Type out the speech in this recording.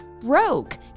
Broke